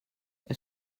est